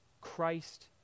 Christ